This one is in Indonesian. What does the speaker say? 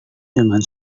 dengan